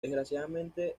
desgraciadamente